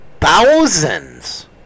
thousands